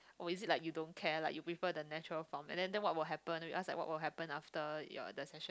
oh is it like you don't care like you prefer the natural form and then then what will happen we ask like what will happen after your the session